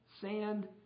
sand